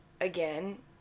again